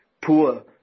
poor